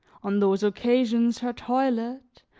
on those occasions her toilet,